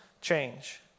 change